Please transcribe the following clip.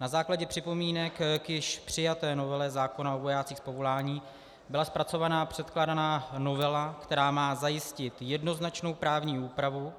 Na základě připomínek k již přijaté novele zákona o vojácích z povolání byla zpracována předkládaná novela, která má zajistit jednoznačnou právní úpravu